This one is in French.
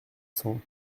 cents